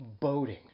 boating